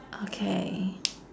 okay